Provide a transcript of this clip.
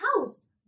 house